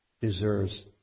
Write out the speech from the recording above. deserves